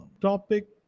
topic